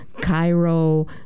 Cairo